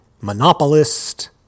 monopolist